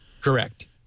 Correct